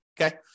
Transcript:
okay